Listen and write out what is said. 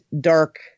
dark